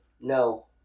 No